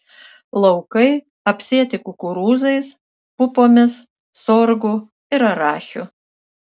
laukai apsėti kukurūzais pupomis sorgu ir arachiu